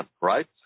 right